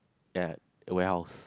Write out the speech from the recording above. ya a warehouse